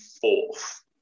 fourth